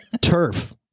Turf